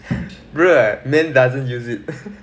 bruh man doesn't use it